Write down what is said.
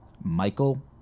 Michael